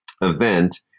event